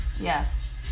Yes